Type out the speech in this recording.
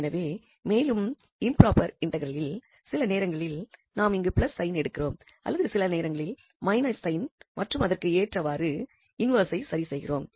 எனவே மேலும் இம்ப்ராபெர் இன்டெக்ரலில் சில நேரங்களில் நாம் அங்கு பிளஸ் சைன் எடுக்கிறோம் அல்லது சில நேரங்களில் மைனஸ் சைன் மற்றும் அதற்கு ஏற்றவாறு இன்வெர்ஸைச் சரிசெய்கிறோம்